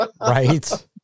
right